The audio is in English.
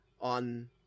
on